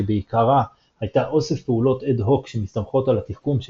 שבעיקרה הייתה אוסף פעולות אד הוק שמסתמכות על התחכום של